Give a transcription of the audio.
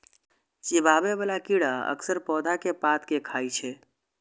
चिबाबै बला कीड़ा अक्सर पौधा के पात कें खाय छै